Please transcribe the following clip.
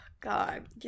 God